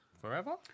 forever